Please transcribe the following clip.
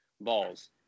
Balls